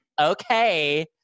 okay